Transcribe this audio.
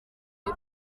y’u